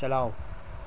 چلاؤ